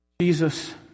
Jesus